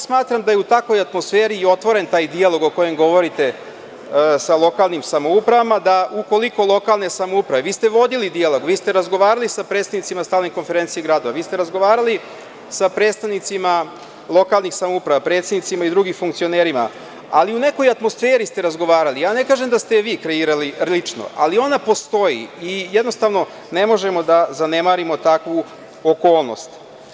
Smatram da je u takvoj atmosferi i otvoren taj dijalog o kojem govorite sa lokalnim samoupravama, da ukoliko lokalne samouprave, vi ste vodili dijalog, vi ste razgovarali sa predstavnicima stranih konferencija grada, vi ste razgovarali sa predstavnicima lokalnih samouprava, predsednicima i drugim funkcionerima, ali u nekoj atmosferi ste razgovarali, ja ne kažem da ste je vi kreirali lično, ali ona postoji i jednostavno ne možemo da zanemarimo takvu okolnost.